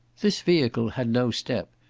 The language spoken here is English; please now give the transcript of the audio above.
this vehicle had no step,